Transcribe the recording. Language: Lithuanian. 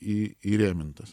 į įrėmintos